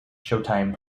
showtime